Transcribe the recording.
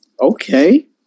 Okay